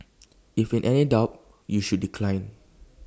if in any doubt you should decline